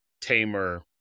tamer